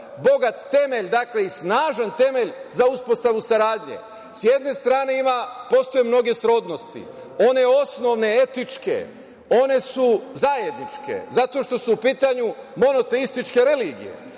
bogat temelj i snažan temelj za uspostavu saradnje. S jedne strane postoje mnoge srodnosti, one osnovne, etičke, one su zajedničke zato što su u pitanju monoteističke religije,